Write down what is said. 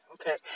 okay